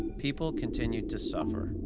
people continued to suffer.